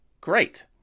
Great